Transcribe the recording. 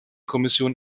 kommission